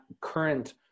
current